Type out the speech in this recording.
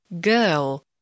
Girl